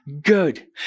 good